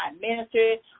ministry